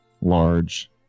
large